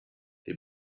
they